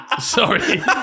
Sorry